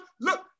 look